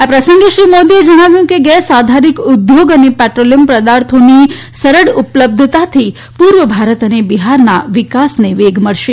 આ પ્રસંગે શ્રી મોદીએ જણાવ્યું કે ગેસ આધારીત ઉદ્યોગ અને પેટ્રોલીયમ પદાર્થોની સરળ ઉપલબ્ધતાથી પુર્વ ભારત અને બિહારના વિકાસને મળશે